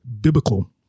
biblical